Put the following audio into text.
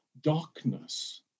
darkness